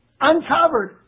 uncovered